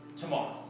tomorrow